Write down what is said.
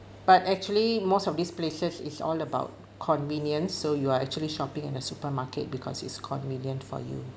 but actually most of these places is all about convenience so you are actually shopping in a supermarket because it's convenient for you